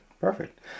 Perfect